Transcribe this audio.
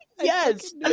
Yes